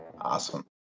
Awesome